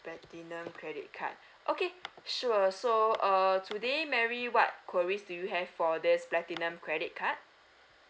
platinum credit card okay sure so uh today mary what enqueries do you have for this platinum credit card